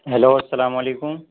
hello السّلام علیکم